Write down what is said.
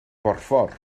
borffor